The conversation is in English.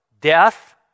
Death